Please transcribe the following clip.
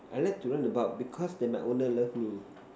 I like to run about because then my owner love me